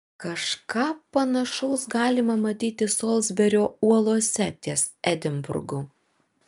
kažką panašaus galima matyti solsberio uolose ties edinburgu